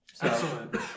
Excellent